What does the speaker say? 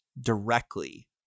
directly